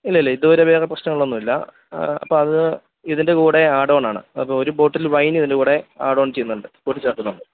ഇല്ല ഇല്ല ഇതുവരെ വേറെ പ്രശ്നങ്ങളൊന്നുമില്ല ആ അപ്പോള് അത് ഇതിൻ്റെ കൂടെ ആഡ് ഓൺ ആണ് അപ്പോള് ഒരു ബോട്ടിൽ വൈനിതിന്റെ കൂടെ ആഡ് ഓൺ ചെയ്യുന്നുണ്ട് കൂട്ടിച്ചേർക്കുന്നുണ്ട്